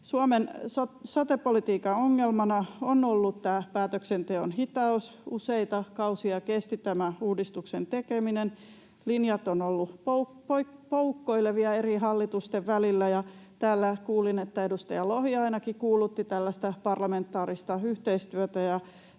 Suomen sote-politiikan ongelmana on ollut päätöksenteon hitaus. Useita kausia kesti tämän uudistuksen tekeminen. Linjat ovat olleet poukkoilevia eri hallitusten välillä. Täällä kuulin, että edustaja Lohi ainakin kuulutti tällaista parlamentaarista yhteistyötä.